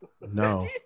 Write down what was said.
No